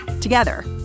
Together